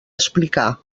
explicar